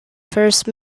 first